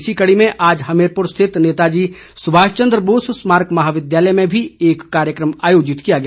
इसी कडी में आज हमीरपुर स्थित नेता जी सुभाषचंद्र बोस स्मारक महाविद्यालय में भी एक कार्यक्रम आयोजित किया गया